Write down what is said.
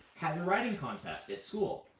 has a writing contest at school.